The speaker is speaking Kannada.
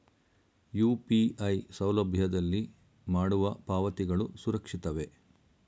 ಯು.ಪಿ.ಐ ಸೌಲಭ್ಯದಲ್ಲಿ ಮಾಡುವ ಪಾವತಿಗಳು ಸುರಕ್ಷಿತವೇ?